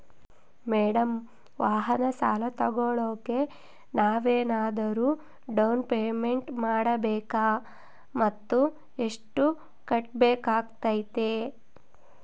Madam ವಾಹನ ಸಾಲ ತೋಗೊಳೋಕೆ ನಾವೇನಾದರೂ ಡೌನ್ ಪೇಮೆಂಟ್ ಮಾಡಬೇಕಾ ಮತ್ತು ಎಷ್ಟು ಕಟ್ಬೇಕಾಗ್ತೈತೆ?